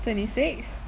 twenty six